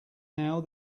now